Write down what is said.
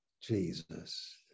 Jesus